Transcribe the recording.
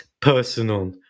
personal